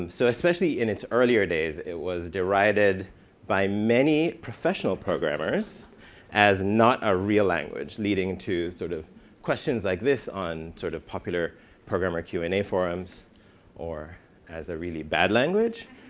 um so especially in its earlier days, it was did he rided by many professional programmers as not a real language, leading to sort of questions like this on sort of popular programmer q and a forums or as a really bad language.